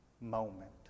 moment